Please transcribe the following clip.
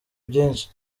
byinshi